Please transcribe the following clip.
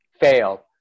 fail